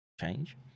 change